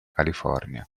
california